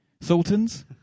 Sultans